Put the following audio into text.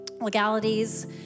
legalities